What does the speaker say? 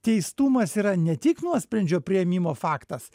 teistumas yra ne tik nuosprendžio priėmimo faktas